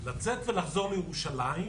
לצאת ולחזור מירושלים,